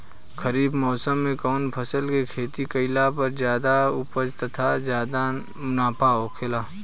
खरीफ़ मौसम में कउन फसल के खेती कइला पर ज्यादा उपज तथा ज्यादा मुनाफा होखेला?